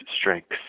strengths